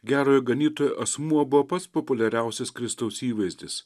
gerojo ganytojo asmuo buvo pats populiariausias kristaus įvaizdis